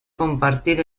compartir